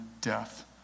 death